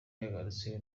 yagarutse